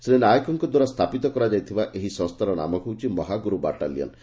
ଶ୍ରୀ ନାୟକଙ୍କ ଦ୍ୱାରା ସ୍ରାପିତ କରାଯାଇଥିବା ଏହି ସଂସ୍ଚାର ନାମ ହେଉଛି 'ମହାଗୁରୁ ବାଟାଲିୟନ୍'